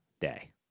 day